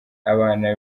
abana